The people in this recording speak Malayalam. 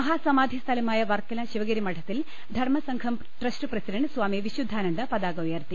മഹാസമാധി സ്ഥലമായ വർക്കല് ശിവഗിരി മഠത്തിൽ ധർമ്മ സംഘം ട്രസ്റ്റ് പ്രസിഡന്റ് സ്വാമി വിശുദ്ധാനന്ദ പതാക ഉയർത്തി